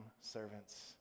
servants